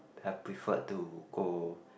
have preferred to go